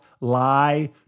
lie